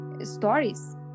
stories